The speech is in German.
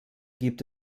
gibt